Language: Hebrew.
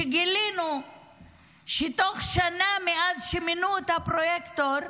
שגילינו שבשנה מאז שמינו את הפרויקטור,